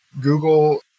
Google